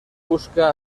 busca